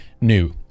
New